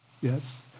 Yes